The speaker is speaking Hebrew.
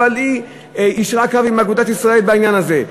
אבל היא יישרה קו עם אגודת ישראל בעניין הזה.